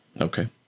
okay